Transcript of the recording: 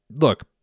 look